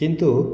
किन्तु